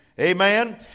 Amen